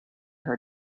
her